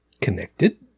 connected